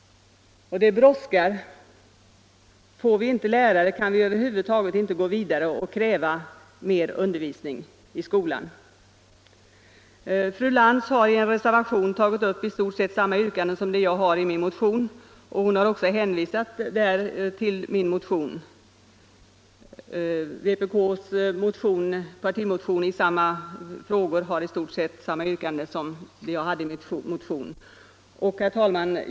Det brådskar; får vi inte lärare kan vi över huvud taget inte gå vidare och kräva mer teckenspråksundervisning i skolan. Fru Lantz har i reservation tagit upp i stort sett samma yrkande som jag har i min motion och hon har även hänvisat till min motion. Vpk:s partimotion har i stort sett samma yrkanden som jag hade i min motion. Herr talman!